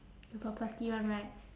you purposely [one] right